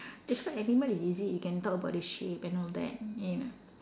describe animal is easy you can talk about the shape and all that you know